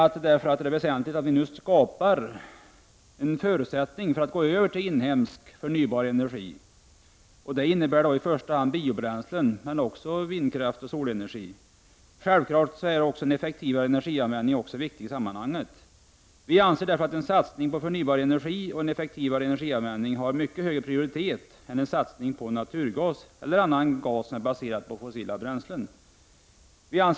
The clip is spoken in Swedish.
Därför är det väsentligt att nu skapa en förutsättning för att gå över till inhemsk, förnybar energi, och det innebär i första hand biobränslen men också vindkraft och solenergi. Självfallet är också en effektivare energianvändning viktig i sammanhanget. Vi anser därför att en satsning på förnybar energi och en effektivare energianvändning har mycket högre prioritet än en satsning på naturgas eller annan gas som är baserad på fossila bränslen.